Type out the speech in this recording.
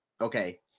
Okay